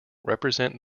represent